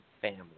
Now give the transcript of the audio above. family